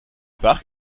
parc